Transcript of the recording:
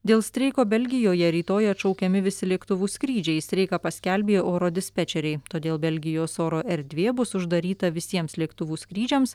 dėl streiko belgijoje rytoj atšaukiami visi lėktuvų skrydžiai streiką paskelbė oro dispečeriai todėl belgijos oro erdvė bus uždaryta visiems lėktuvų skrydžiams